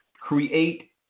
create